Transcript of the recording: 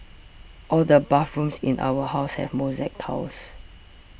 all the bathrooms in our house have mosaic tiles